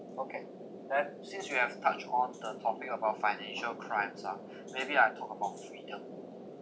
okay then since you have touched on the topic about financial crimes ah maybe I'll talk about freedom